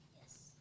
Yes